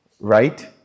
right